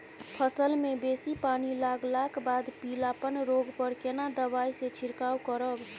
फसल मे बेसी पानी लागलाक बाद पीलापन रोग पर केना दबाई से छिरकाव करब?